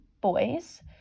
boys